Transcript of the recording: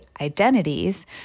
identities